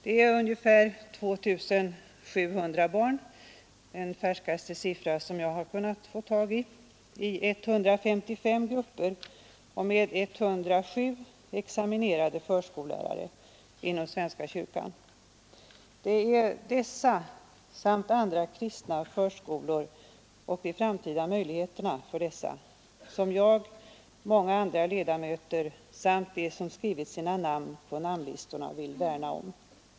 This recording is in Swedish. Det är ungefär 2 700 barn — den färskaste siffra som jag har kunnat få tag i — i 155 grupper med 107 examinerade förskollärare inom svenska kyrkan. Det är dessa och andra kristna förskolor samt deras framtida möjligheter som jag och många andra ledamöter tillsammans med dem som skrivit sina namn på namnlistorna vill värna om.